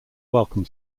welcome